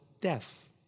death